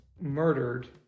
murdered